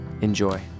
Enjoy